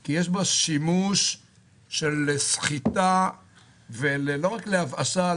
כי יש בו שימוש של סחיטה ולא רק ביוש,